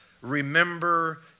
remember